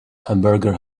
hamburger